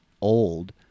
old